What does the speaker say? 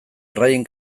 erraien